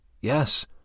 Yes